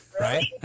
Right